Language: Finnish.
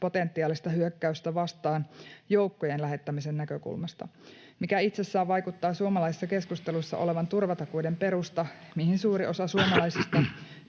potentiaalista hyökkäystä vastaan joukkojen lähettämisen näkökulmasta? Se itsessään vaikuttaa suomalaisessa keskustelussa olevan turvatakuiden perusta, mihin suuri osa suomalaisista